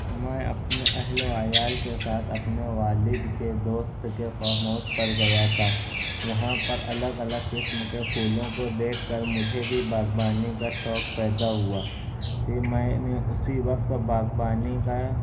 میں اپنے اہل و عیال کے ساتھ اپنے والد کے دوست کے فام ہاؤس پر گیا تھا وہاں پر الگ الگ قسم کے پھولوں کو دیکھ کر مجھے بھی باغبانی کا شوق پیدا ہوا پھر میں نے اسی وقت باغبانی کا